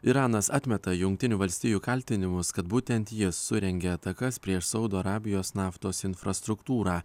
iranas atmeta jungtinių valstijų kaltinimus kad būtent jis surengė atakas prieš saudo arabijos naftos infrastruktūrą